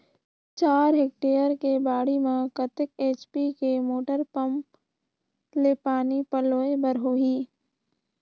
चार हेक्टेयर के बाड़ी म कतेक एच.पी के मोटर पम्म ले पानी पलोय बर होही?